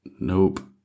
Nope